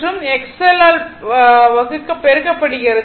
மற்றும் XL ஆல் பெருக்கப்படுகிறது